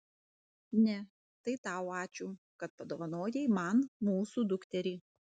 ne tai tau ačiū kad padovanojai man mūsų dukterį